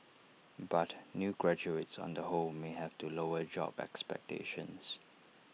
but new graduates on the whole may have to lower job expectations